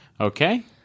Okay